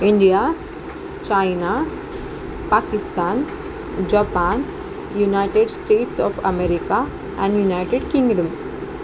India China Pakistan Japan United States of America and United Kingdom